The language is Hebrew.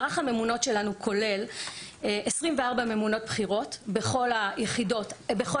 מערך הממונות שלנו כולל 24 ממונות בכירות בכל המחוזות,